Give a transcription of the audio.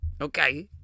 Okay